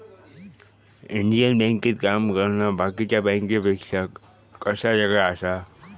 Indian बँकेत काम करना बाकीच्या बँकांपेक्षा कसा येगळा आसा?